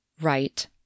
Right